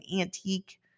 antique